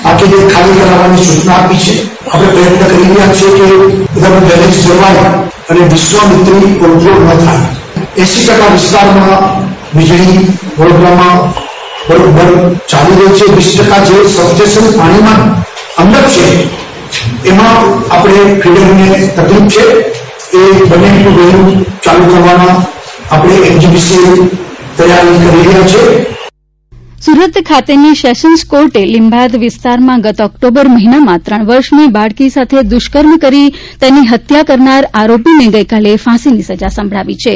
byte મુખ્યમંત્રી સુરત બાળકી દૂષ્કર્મ સુરત ખાતેની સેશન્સ કોર્ટે લિંબાયત વિસ્તારમાં ગત ઓકટોબર મહિનામાં ત્રણ વર્ષની બાળકી સાથે દુષ્કર્મ કરી તેની હત્યા કરનાર આરોપીને ગઈકાલે ફાંસીની સજા સંભળાવી છે